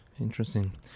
Interesting